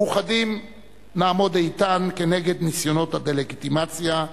מאוחדים נעמוד איתן נגד ניסיונות הדה-לגיטימציה.